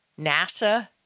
NASA